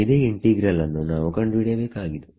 ಇದೇ ಇಂಟಿಗ್ರಲ್ ನ್ನು ನಾವು ಕಂಡುಹಿಡಿಯಬೇಕಾಗಿದೆ